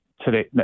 today